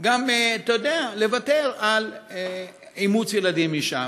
גם לוותר על אימוץ ילדים משם.